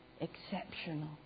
exceptional